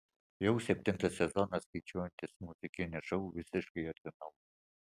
jau septintą sezoną skaičiuosiantis muzikinis šou visiškai atsinaujina